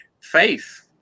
faith